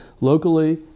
locally